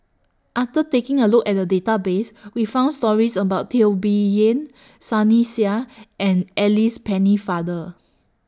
after taking A Look At The Database We found stories about Teo Bee Yen Sunny Sia and Alice Pennefather